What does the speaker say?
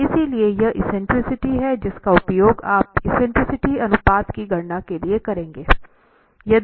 और इसलिए यह एक्सेंट्रिसिटी है जिसका उपयोग आप एक्सेंट्रिसिटी अनुपात की गणना के लिए करेंगे